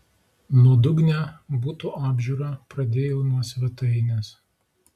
nuodugnią buto apžiūrą pradėjau nuo svetainės